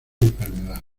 enfermedad